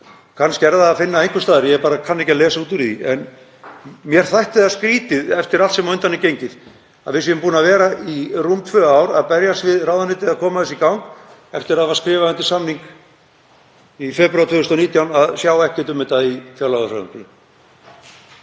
Kannski er það að finna einhvers staðar, ég bara kann ekki að lesa út úr því, en mér þætti það skrýtið eftir allt sem á undan er gengið, við erum búin að vera í rúm tvö ár að berjast við ráðuneytið að koma þessu í gang eftir að hafa skrifað undir samning í febrúar 2019, að sjá ekkert um það í fjárlagafrumvarpinu.